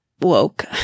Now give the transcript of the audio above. woke